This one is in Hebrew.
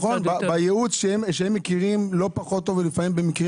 בייעוד שהם מכירים לא פחות טוב ולפעמים במקרים